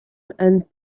and